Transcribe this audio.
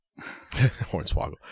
Hornswoggle